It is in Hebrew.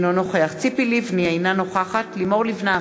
אינו נוכח ציפי לבני, אינה נוכחת לימור לבנת,